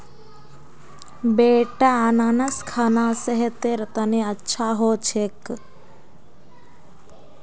बेटा अनन्नास खाना सेहतेर तने अच्छा हो छेक